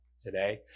today